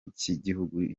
cy’igihugu